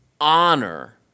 honor